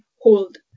hold